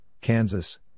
Kansas